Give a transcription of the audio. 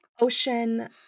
ocean